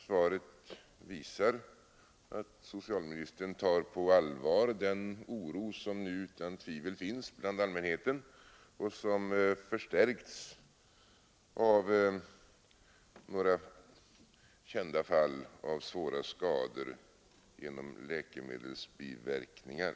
Svaret visar att socialministern tar på allvar den oro som nu utan tvivel finns bland allmänheten och som förstärkts av några kända fall av svåra skador genom läkemedelsbiverkningar.